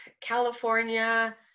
California